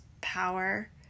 power